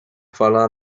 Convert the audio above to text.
fala